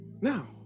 now